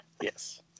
yes